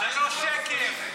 זה שקר מוחלט.